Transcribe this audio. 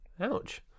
Ouch